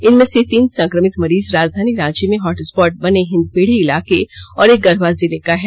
इनमें से तीन संक्रमित मरीज राजधानी रांची में हॉटस्पॉट बने हिंदपीढ़ी इलाके और एक गढ़वा जिले का है